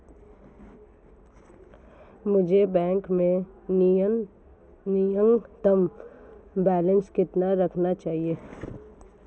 मुझे बैंक में न्यूनतम बैलेंस कितना रखना चाहिए?